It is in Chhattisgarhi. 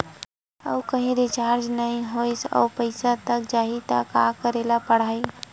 आऊ कहीं रिचार्ज नई होइस आऊ पईसा कत जहीं का करेला पढाही?